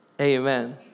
amen